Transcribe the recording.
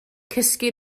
cysgu